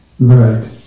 Right